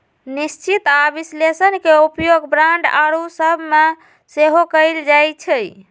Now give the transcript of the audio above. निश्चित आऽ विश्लेषण के उपयोग बांड आउरो सभ में सेहो कएल जाइ छइ